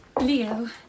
leo